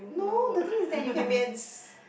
no word